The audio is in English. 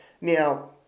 Now